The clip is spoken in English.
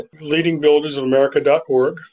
leadingbuildersofamerica.org